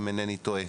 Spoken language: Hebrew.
אם אינני טועה.